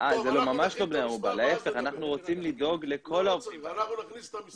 סגן השר לביטחון הפנים דסטה גדי יברקן: